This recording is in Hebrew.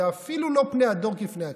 זה אפילו לא פני הדור כפני הכלב.